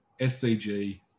SCG